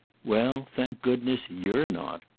well, thank goodness, you're not!